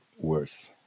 worse